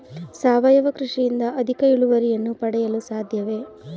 ಸಾವಯವ ಕೃಷಿಯಿಂದ ಅಧಿಕ ಇಳುವರಿಯನ್ನು ಪಡೆಯಲು ಸಾಧ್ಯವೇ?